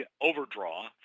overdraw